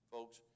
Folks